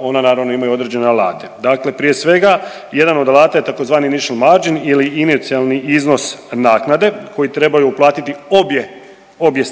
ona naravno imaju određene alate. Dakle prije svega jedan od alata je tzv. …/Govornik se ne razumije/… ili inicijalni iznos naknade koji trebaju uplatiti obje, obje